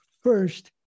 first